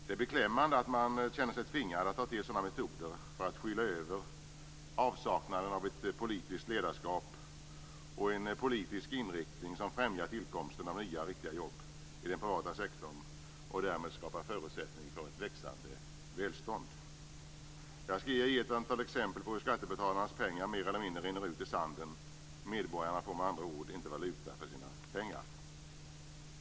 Det är beklämmande att man känner sig tvingad att ta till sådana metoder för att skyla över avsaknaden av ett politiskt ledarskap och en politisk inriktning som främjar tillkomsten av nya, riktiga jobb i den privata sektorn och därmed skapar förutsättning för ett växande välstånd. Jag skall ge ett antal exempel på hur skattebetalarnas pengar mer eller mindre rinner ut i sanden och att medborgarna med andra ord inte får valuta för sina pengar.